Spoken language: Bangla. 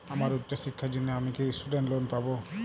আমার উচ্চ শিক্ষার জন্য আমি কি স্টুডেন্ট লোন পাবো